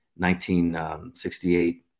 1968